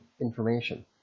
information